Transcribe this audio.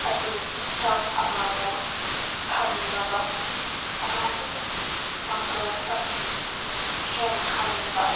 ꯑꯗꯨ ꯆꯥꯡ ꯑꯃꯗ ꯊꯝꯅꯕ ꯑꯃꯁꯨꯡ ꯄꯥꯡꯒꯜ ꯁꯛꯇꯤ ꯍꯦꯟꯍꯟꯕ